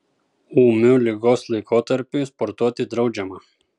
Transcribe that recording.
ūmiu ligos laikotarpiui sportuoti draudžiama